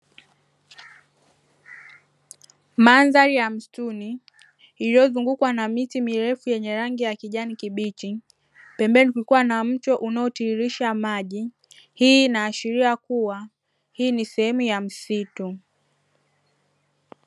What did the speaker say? Mandhari ya msituni iliyozungukwa na miti mirefu yenye rangi ya kijani kibichi, pembeni kukiwa na mto unaotiririsha maji hii inaashiria kuwa hii ni sehemu ya msitu.